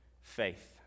faith